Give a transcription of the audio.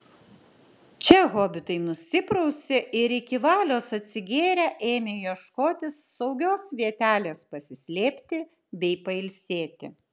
čia hobitai nusiprausė ir iki valios atsigėrę ėmė ieškotis saugios vietelės pasislėpti bei pailsėti